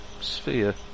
sphere